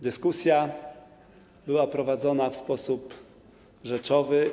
Dyskusja była prowadzona w sposób rzeczowy.